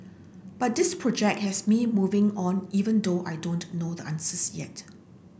but this project has me moving on even though I don't know the answers yet